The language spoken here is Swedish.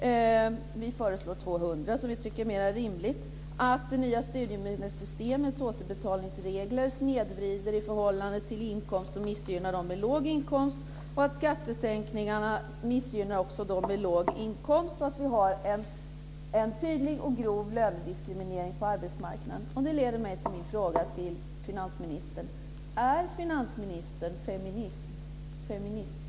Vi föreslår 200 kr, som vi tycker är mera rimligt. Det nya studiemedelssystemets återbetalningsregler snedvrider i förhållande till inkomsten och missgynnar dem som har en låg inkomst. Också skattesänkningarna missgynnar dem som har låg inkomst. Vi har en tydlig och grov lönediskriminering på arbetsmarknaden. Den fråga som detta leder mig att ställa till finansministern är: Är finansministern feminist?